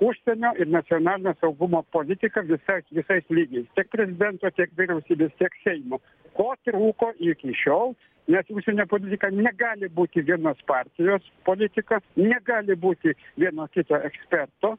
užsienio ir nacionalinio saugumo politiką visa visais lygiais prezidento tiek vyriausybės tiek seimo ko trūko iki šiol nes užsienio politika negali būti vienos partijos politika negali būti vieno kito eksperto